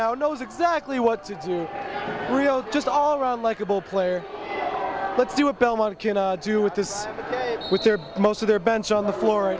now knows exactly what to do grilled just all around like a ball player let's do a belmont can do with this with their most of their bench on the floor